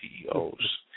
CEOs